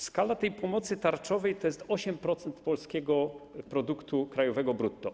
Skala pomocy tarczowej to jest 8% polskiego produktu krajowego brutto.